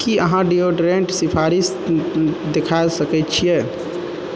की अहाँ डिओड्रेंट सिफारिश देखा सकैत छियै